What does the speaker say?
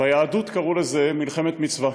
ביהדות קראו לזה "מלחמת מצווה",